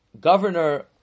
governor